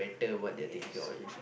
yes